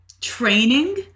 training